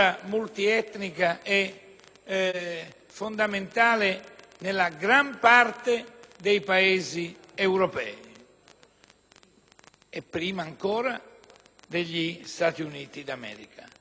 fondamentale nella gran parte dei Paesi europei, e prima ancora negli Stati Uniti d'America. Siamo gelosi